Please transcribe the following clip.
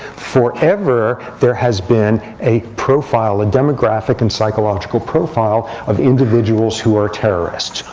forever, there has been a profile, a demographic and psychological profile, of individuals who are terrorists,